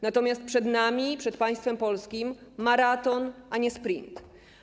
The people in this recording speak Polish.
Natomiast przed nami, przed państwem polskim maraton, a nie sprint.